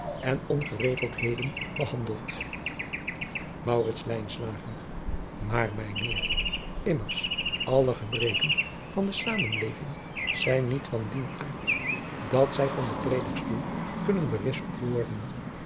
en ongeregeldheden behandelt maurits lijnslager maar mijn heer immers alle gebreken van de zamenleving zijn niet van dien aard dat zij van den predikstoel kunnen berispt worden